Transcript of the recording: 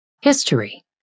History